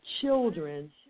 children